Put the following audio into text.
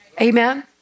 Amen